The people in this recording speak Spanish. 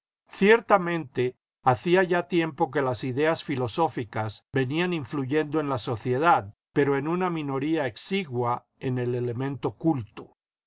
ciertamente hacía ya tiempo que las ideas ñlüsóficas venían iniluyendo en la sociedad pero en una minoría exigua en el elemento culto